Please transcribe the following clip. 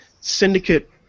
Syndicate